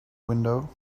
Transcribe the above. window